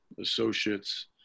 associates